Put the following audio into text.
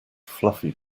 fluffy